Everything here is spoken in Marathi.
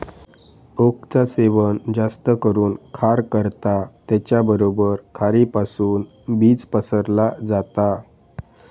ओकचा सेवन जास्त करून खार करता त्याचबरोबर खारीपासुन बीज पसरला जाता